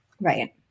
Right